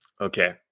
Okay